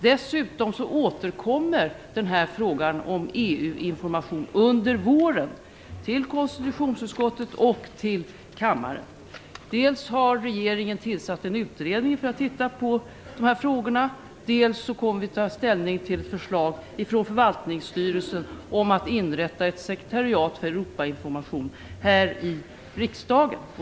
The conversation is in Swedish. Dessutom återkommer frågan om EU-information till konstitutionsutskottet och kammaren under våren. Dels har regeringen tillsatt en utredning som skall titta på dessa frågor. Dels kommer vi att ta ställning till förslag från förvaltningsstyrelsen om att inrätta ett sekretariat för Europainformation här i riksdagen.